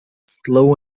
slow